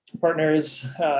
partners